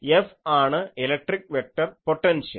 F ആണ് electric vector potential